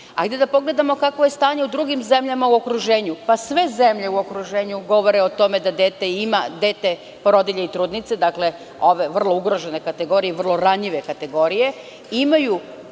Hajde da pogledamo kakvo je stanje u drugim zemljama u okruženju. Sve zemlje u okruženju govore o tome da deca, porodilje i trudnice, ove vrlo ugrožene kategorije i vrlo ranjive kategorije, imaju